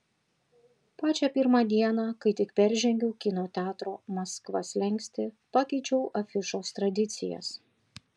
pačią pirmą dieną kai tik peržengiau kino teatro maskva slenkstį pakeičiau afišos tradicijas